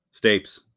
Stapes